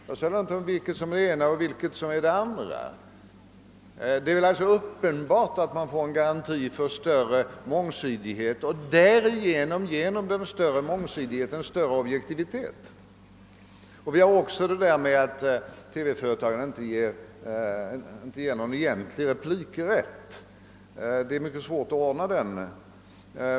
Jag säger ingenting om vilket som är det ena och vilket som är det andra företaget, men uppenbart är väl att vi får garantier för större mångsidighet och därigenom en större objektivitet, om vi har två företag. Vidare har vi det där förhållandet att TV-företagen ger inte någon egentlig replikrätt. Nu är det ju en svår sak att ordna i stor omfattning.